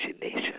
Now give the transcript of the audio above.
Nation